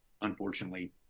unfortunately